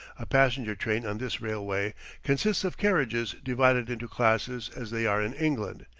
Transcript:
a passenger train on this railway consists of carriages divided into classes as they are in england,